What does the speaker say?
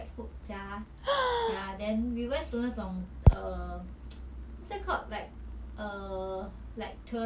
like tourist attraction but we couldn't enter ah 他们很多 historical sites all these ah but we couldn't enter so we can only like